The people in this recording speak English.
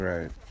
Right